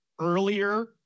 earlier